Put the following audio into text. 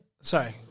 Sorry